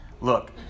look